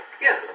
Yes